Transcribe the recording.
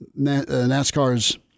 NASCAR's